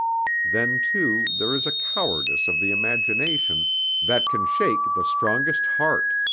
then, too, there is a cowardice of the imagination that can shake the strongest heart,